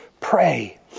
Pray